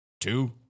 two